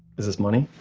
is this money?